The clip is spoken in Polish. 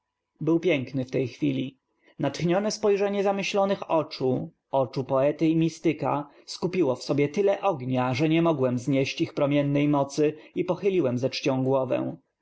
był piękny w tej chwili n a tchnione spojrzenie zam yślonych oczu oczu poety i m istyka skupiło w sobie tyle ognia że nie m ogłem znieść ich prom iennej mocy i pochyliłem ze czcią głow